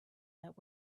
that